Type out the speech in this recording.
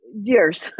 Years